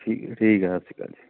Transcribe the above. ਠੀ ਠੀਕ ਆ ਸਤਿ ਸ਼੍ਰੀ ਅਕਾਲ ਜੀ